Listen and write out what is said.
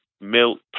milk